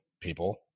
people